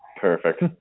Perfect